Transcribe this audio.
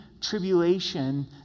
tribulation